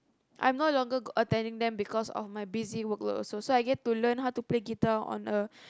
I'm no longer attending them because of my busy work load also so I get to learn how to play guitar on a